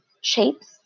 shapes